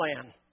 plan